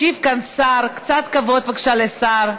משיב כאן שר, קצת כבוד, בבקשה, לשר.